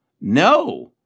no